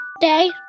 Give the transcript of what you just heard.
day